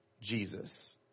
Jesus